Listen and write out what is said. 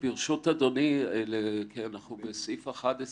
ברשות אדוני, לגבי סעיף 11